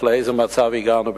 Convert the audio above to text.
לאיזה מצב הגענו?